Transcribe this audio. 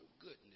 Goodness